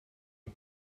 but